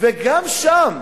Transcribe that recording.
וגם שם,